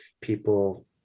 people